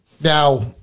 Now